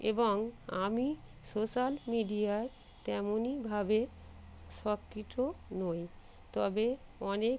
এবং আমি সোশ্যাল মিডিয়ায় তেমনভাবে সক্রিয়ও নই তবে অনেক